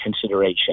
consideration